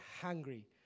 hungry